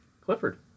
Clifford